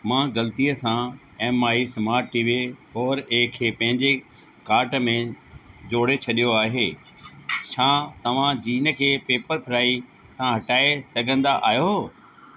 मां ग़लतीअ सां M I smart T V four A खे पंहिंजे कार्ट में जोड़े छॾियो आहे छा तव्हां जीन खे पेप्परफ्राई सां हटाए सघन्दा आहियो